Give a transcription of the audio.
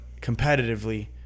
competitively